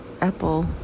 Apple